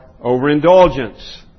Overindulgence